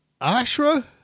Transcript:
Ashra